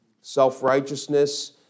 self-righteousness